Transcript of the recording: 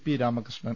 P Ramakrishnan